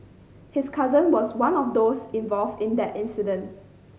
his cousin was one of those involved in that incident